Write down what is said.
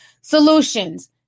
solutions